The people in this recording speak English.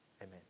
Amen